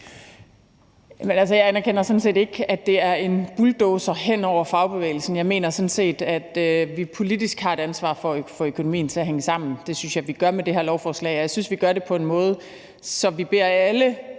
Jeg anerkender sådan set ikke, at det er en bulldozer hen over fagbevægelsen. Jeg mener sådan set, at vi politisk har et ansvar for at få økonomien til at hænge sammen, og det synes jeg at vi gør med det her lovforslag, og jeg synes, vi gør det på en måde, hvor vi beder alle